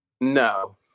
No